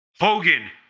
Hogan